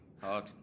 Hard